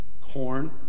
Corn